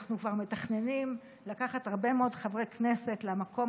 אנחנו כבר מתכננים לקחת הרבה מאוד חברי כנסת למקום